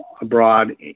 abroad